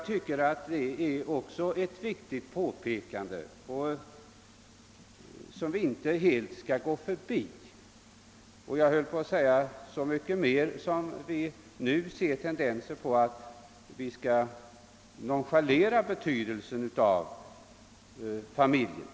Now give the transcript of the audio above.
Även detta är ett viktigt påpekande, som vi inte helt skall gå förbi, så mycket mer som vi nu ser tendenser till att nonchalera familjens betydelse i olika sammanhang.